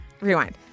Rewind